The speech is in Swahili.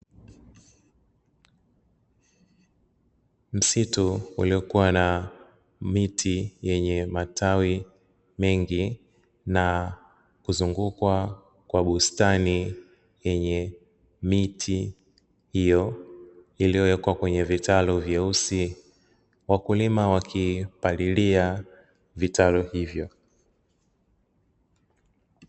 Msitu uliokuwa na miti yenye matawi mengi, na kuzungukwa kwa bustani yenye miti hiyo, iliyowekwa kwenye vitaru vyeusi, wakulima wakipalilia vitaru hivyo.